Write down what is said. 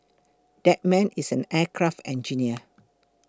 that man is an aircraft engineer